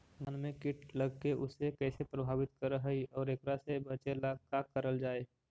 धान में कीट लगके उसे कैसे प्रभावित कर हई और एकरा से बचेला का करल जाए?